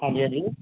ਹਾਂਜੀ ਹਾਂਜੀ